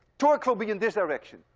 torque will be in this direction.